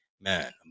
Man